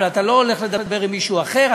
אבל אתה לא הולך לדבר עם מישהו אחר,